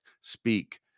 speak